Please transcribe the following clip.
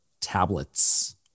tablets